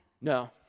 No